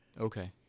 Okay